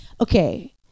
Okay